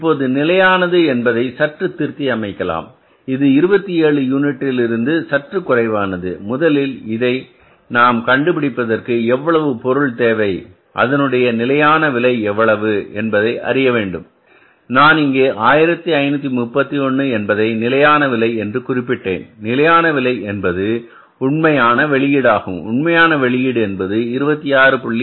இப்போது நிலையானது என்பதை சற்று திருத்தி அமைக்கலாம் இது 27 யூனிட்டில் இருந்து சற்று குறைவானது முதலில் இதை நாம் கண்டு பிடிப்பதற்கு எவ்வளவு பொருள் தேவை அதனுடைய நிலையான விலை எவ்வளவு என்பதை அறிய வேண்டும் நான் இங்கே 1531 என்பதை நிலையான விலை என்று குறிப்பிட்டேன் நிலையான விலை என்பது உண்மையான வெளியீடாகும் உண்மையான வெளியீடு என்பது 26